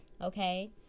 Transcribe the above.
Okay